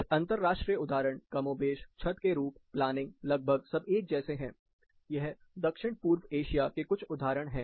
कुछ अंतरराष्ट्रीय उदाहरण कमोबेश छत के रूप प्लानिंग लगभग सब एक जैसे हैं यह दक्षिण पूर्व एशिया के कुछ उदाहरण है